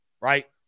right